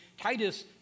Titus